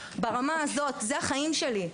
אלו החיים שלי.